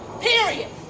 Period